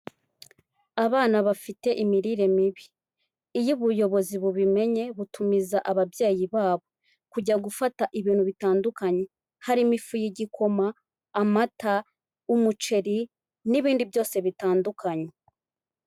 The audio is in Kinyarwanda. Abana bafite imirire mibi iyo ubuyobozi bubimenye butumiza ababyeyi babo kujya gufata ibintu bitandukanye harimo; ifu y'igikoma, amata, umuceri n'ibindi byose bitandukanye.